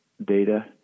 data